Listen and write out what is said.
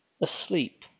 asleep